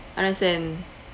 understand